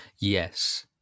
yes